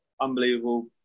unbelievable